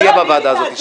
אתה תהיה בוועדה הזאת.